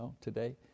today